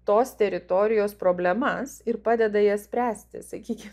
tos teritorijos problemas ir padeda jas spręsti sakykim